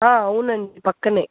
అవునండి పక్కనే